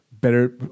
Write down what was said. better